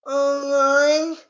online